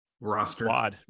roster